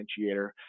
differentiator